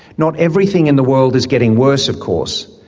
not everything in the world is getting worse, of course.